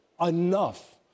enough